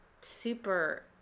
super